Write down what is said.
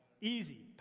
Easy